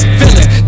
feeling